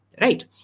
Right